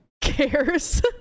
cares